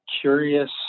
curious